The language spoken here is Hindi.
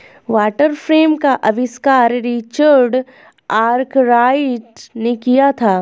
वाटर फ्रेम का आविष्कार रिचर्ड आर्कराइट ने किया था